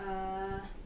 err